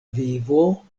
vivo